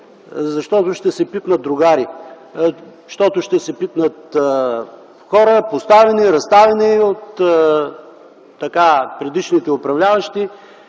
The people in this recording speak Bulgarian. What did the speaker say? защото ще се пипнат другари, защото ще се пипнат хора, поставени, разставени от предишните управляващи.